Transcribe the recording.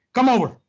come over.